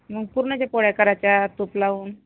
मग पुरणाच्या पोळ्या करायच्या तूप लावून